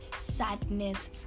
sadness